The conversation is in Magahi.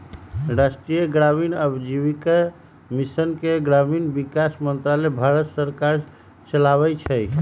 राष्ट्रीय ग्रामीण आजीविका मिशन के ग्रामीण विकास मंत्रालय भारत सरकार चलाबै छइ